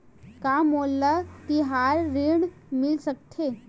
का मोला तिहार ऋण मिल सकथे?